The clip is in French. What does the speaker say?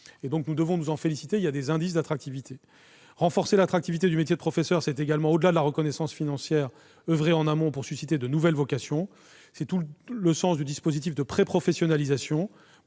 et 2018. Nous devons nous féliciter de la progression de tels indices d'attractivité. Renforcer l'attractivité du métier de professeur, c'est également, au-delà de la reconnaissance financière, oeuvrer en amont pour susciter de nouvelles vocations. C'est tout le sens du dispositif de préprofessionnalisation